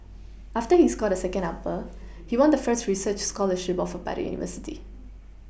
after he scored a second upper he won the first research scholarship offered by the university